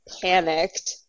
panicked